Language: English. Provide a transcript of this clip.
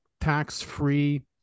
tax-free